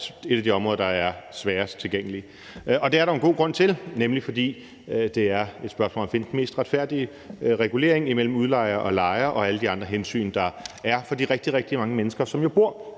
et af de områder, der er sværest tilgængelige. Det er der en god grund til, nemlig at det er et spørgsmål om at finde den mest retfærdige regulering imellem udlejer og lejer og alle de andre hensyn, der er i forhold til de rigtig, rigtig mange mennesker, som jo bor